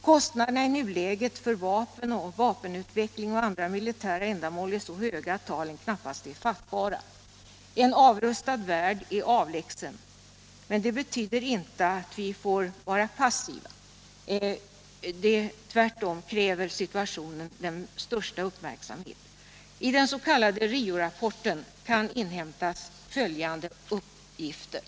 Kostnaderna i nuläget för vapen, vapenutveckling och andra militära ändamål är så höga att talen knappast är fattbara. En avrustad värld är avlägsen, men det betyder inte att vi får vara passiva. Tvärtom kräver situationen största uppmärksamhet. I den s.k. RIO-rapporten kan inhämtas följande uppgifter.